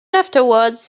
afterwards